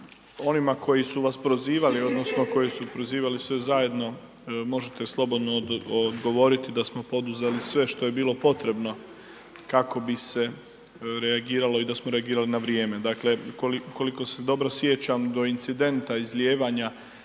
onima koji su vas prozivali odnosno koji su prozivali sve zajedno možete slobodno odgovoriti da smo poduzeli sve što je bilo potrebno kako bi se reagiralo i da smo reagirali na vrijeme. Dakle, koliko se dobro sjećam do incidenta izlijevanja